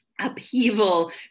upheaval